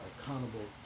Accountable